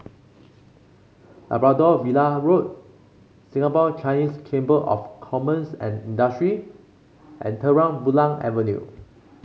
Labrador Villa Road Singapore Chinese Chamber of Commerce and Industry and Terang Bulan Avenue